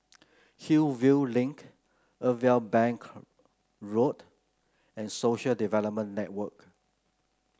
Hillview Link Irwell Bank Road and Social Development Network